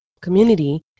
community